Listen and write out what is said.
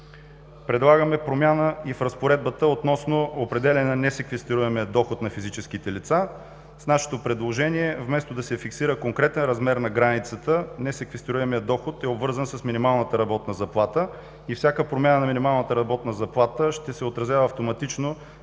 Предлагаме промяна и в Разпоредбата относно определяне на несеквестируемия доход на физическите лица. В нашето предложение вместо да се фиксира конкретен размер на границата, несеквестируемият доход е обвързан с минималната работна заплата, и всяка промяна на минималната работна заплата ще се отразява автоматично